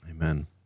amen